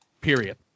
Period